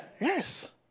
Yes